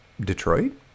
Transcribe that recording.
Detroit